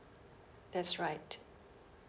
that's right